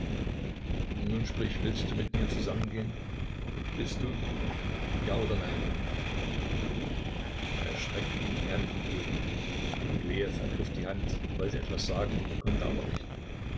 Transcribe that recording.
nun sprich willst du mit mir zusammengehen willst du ja oder nein er streckte ihm die hand entgegen rylejew ergriff die hand wollte etwas sagen konnte aber nicht